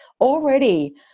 already